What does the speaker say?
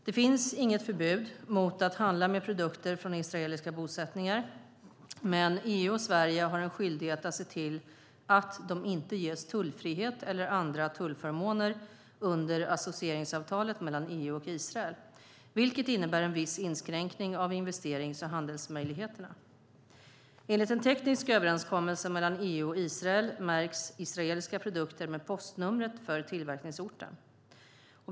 Det finns inget förbud mot att handla med produkter från israeliska bosättningar, men EU och Sverige har en skyldighet att se till att de inte ges tullfrihet eller andra tullförmåner under associeringsavtalet mellan EU och Israel, vilket innebär en viss inskränkning av investerings och handelsmöjligheterna. Enligt en teknisk överenskommelse mellan EU och Israel märks israeliska produkter med postnumret för tillverkningsorten.